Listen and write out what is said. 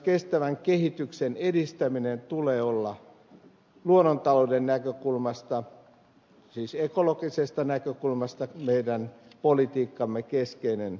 kestävän kehityksen edistämisen tulee lähteä luonnontalouden näkökulmasta siis ekologisesta näkökulmasta ja tämä on meidän politiikkamme keskeinen osa